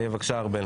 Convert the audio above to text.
בבקשה, ארבל.